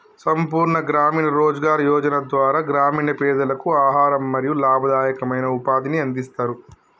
సంపూర్ణ గ్రామీణ రోజ్గార్ యోజన ద్వారా గ్రామీణ పేదలకు ఆహారం మరియు లాభదాయకమైన ఉపాధిని అందిస్తరు